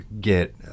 get